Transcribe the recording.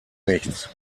nichts